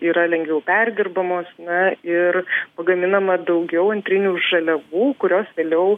yra lengviau perdirbamos na ir pagaminama daugiau antrinių žaliavų kurios vėliau